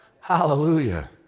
Hallelujah